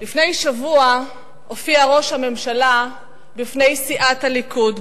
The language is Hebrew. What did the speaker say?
לפני שבוע הופיע ראש הממשלה בפני סיעת הליכוד,